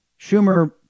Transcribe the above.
Schumer